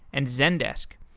and zendesk.